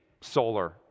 solar